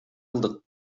кылдык